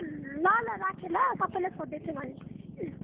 ल ल राखेँ ल सबैलाई सोध्दै थियो भनिदिनु ल